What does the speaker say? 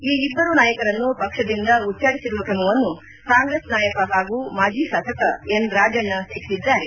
ಈ ಇಬ್ಬರು ನಾಯಕರನ್ನು ಪಕ್ಷದಿಂದ ಉಚ್ದಾಟಿಸಿರುವ ಕ್ರಮವನ್ನು ಕಾಂಗ್ರೆಸ್ ನಾಯಕ ಹಾಗೂ ಮಾಜಿ ಶಾಸಕ ಎನ್ ರಾಜಣ್ಣ ಟೀಕಿಸಿದ್ದಾರೆ